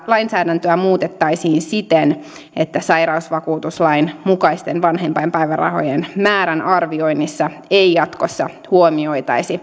lainsäädäntöä muutettaisiin siten että sairausvakuutuslain mukaisten vanhempainpäivärahojen määrän arvioinnissa ei jatkossa huomioitaisi